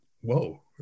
whoa